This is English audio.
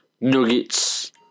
Nuggets